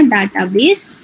Database